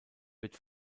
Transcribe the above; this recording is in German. wird